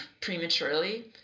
prematurely